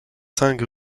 cinq